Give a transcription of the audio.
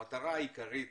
המטרה העיקרית